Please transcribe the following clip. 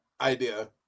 idea